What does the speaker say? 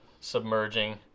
submerging